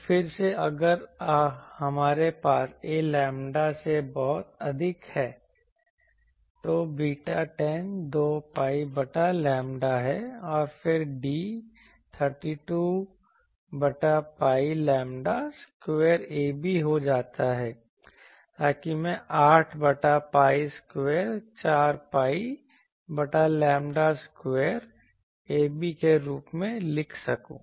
तो फिर से अगर हमारे पास a लैम्ब्डा से बहुत अधिक है तो β10 2 pi बटा लैम्ब्डा है और फिर D 32 बटा pi लैम्ब्डा स्क्वायर ab हो जाता है ताकि मैं 8 बटा pi स्क्वायर 4 pi बटा लैम्ब्डा स्क्वायर ab के रूप में लिख सकूं